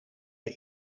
hij